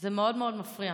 זה מאוד מאוד מפריע.